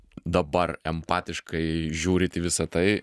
dabar empatiškai žiūrit į visa tai